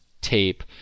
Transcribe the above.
tape